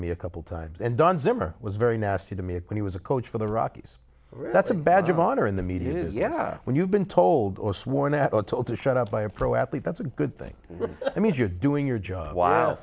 me a couple times and don zimmer was very nasty to me when he was a coach for the rockies that's a badge of honor in the media when you've been told or sworn at told to shut up by a pro athlete that's a good thing i mean if you're doing your job w